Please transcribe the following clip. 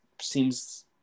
seems